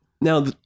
Now